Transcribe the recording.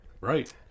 Right